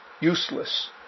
useless